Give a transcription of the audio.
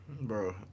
bro